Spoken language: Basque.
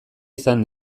izan